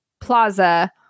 Plaza